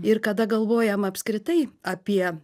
ir kada galvojam apskritai apie